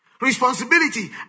Responsibility